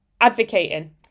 advocating